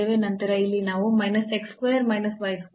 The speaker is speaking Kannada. ನಂತರ ಇಲ್ಲಿ ನಾವು minus x square minus y square